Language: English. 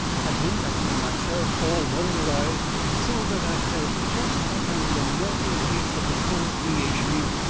i been that way myself all wonderized, so that i felt jest like i was a melting piece of the hull creation,